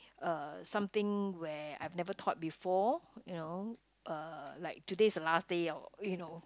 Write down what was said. uh something where I've never thought before you know uh like today is the last day of you know